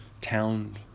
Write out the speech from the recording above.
town